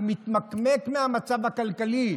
הוא מתמקמק מהמצב הכלכלי,